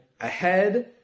ahead